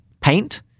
paint